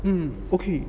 um okay